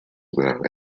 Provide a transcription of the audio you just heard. without